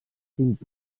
cinc